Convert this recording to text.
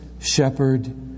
shepherd